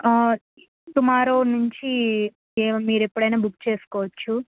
tomorrow నుంచి ఏమో మీరెప్పుడైనా బుక్ చేసుకోవచ్చు